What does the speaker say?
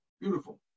beautiful